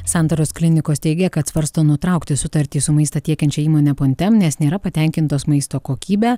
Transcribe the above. santaros klinikos teigia kad svarsto nutraukti sutartį su maistą tiekiančia įmone pontem nes nėra patenkintos maisto kokybe